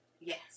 Yes